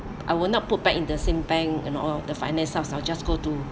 I will not put back in the same bank and all the finance stuff I will just go to